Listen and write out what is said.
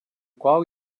qual